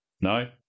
No